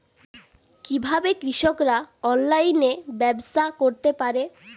কিভাবে কৃষকরা অনলাইনে ব্যবসা করতে পারে?